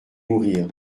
mourir